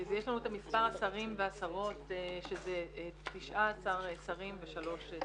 יש לנו את מספר השרים והשרות שזה 19 שרים ו-3 שרות.